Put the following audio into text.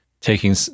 taking